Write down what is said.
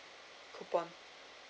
coupon